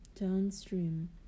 downstream